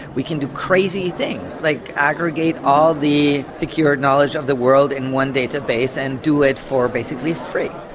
we can do crazy things. like aggregate all the secured knowledge of the world in one database and do it for basically free.